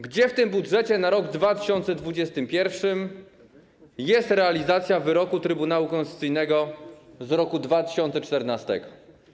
Gdzie w tym budżecie na rok 2021 jest realizacja wyroku Trybunału Konstytucyjnego z roku 2014?